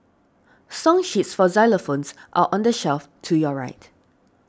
song sheets for xylophones are on the shelf to your right